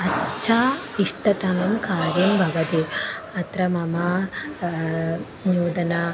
अच्चा इष्टतमं कार्यं भवति अत्र मम नूतन